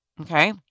Okay